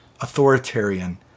authoritarian